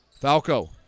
Falco